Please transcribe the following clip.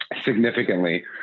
significantly